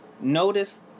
Notice